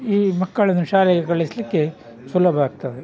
ಈ ಮಕ್ಕಳನ್ನು ಶಾಲೆಗೆ ಕಳಿಸಲಿಕ್ಕೆ ಸುಲಭ ಆಗ್ತದೆ